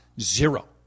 Zero